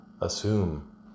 Assume